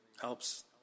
helps